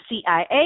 CIA